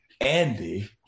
Andy